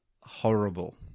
horrible